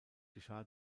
geschah